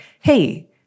hey